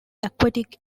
aquatic